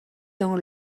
dans